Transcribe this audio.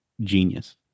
genius